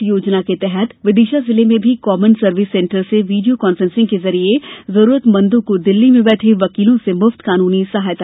इस योजना के तहत विदिशा जिले में भी कॉमन सर्विस सेंटर से वीडियो काँफ्रेंसिंग के जरिये जरूरतमंदो को दिल्ली में बैठे वकीलों से मुफ्त कानूनी सहायता मिलेगी